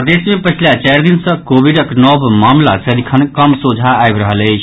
प्रदेश मे पछिला चारि दिन सँ कोविडक नव मामिला सदिखन कम सोझा आबि रहल अछि